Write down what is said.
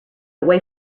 away